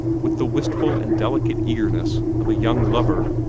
with the wistful and delicate eagerness of a young lover.